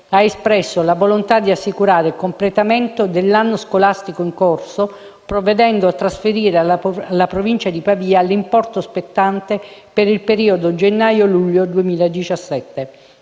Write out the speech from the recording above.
ha espresso la volontà di assicurare il completamento dell'anno scolastico in corso, provvedendo a trasferire alla Provincia di Pavia l'importo spettante per il periodo gennaio-luglio 2017.